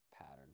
pattern